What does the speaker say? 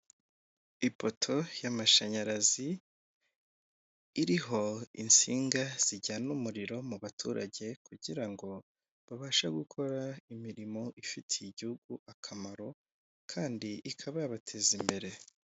Ipoto y'amashanyarazi iriho insinga zijyana umuriro mu baturage kugira ngo babashe gukora imirimo ifitiye igihugu akamaro, kandi ikaba bateza imbere.